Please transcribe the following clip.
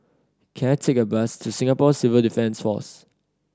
can I take a bus to Singapore Civil Defence Force